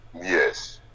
yes